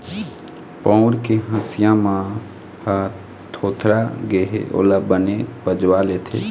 पउर के हँसिया मन ह भोथरा गे हे ओला बने पजवा लेते